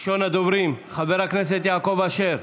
ראשון הדוברים, חבר הכנסת יעקב אשר,